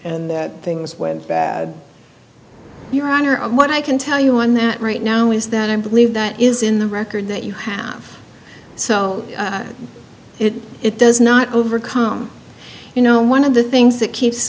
husband things went bad your honor of what i can tell you on that right now is that i believe that is in the record that you have so if it does not overcome you know one of the things that keeps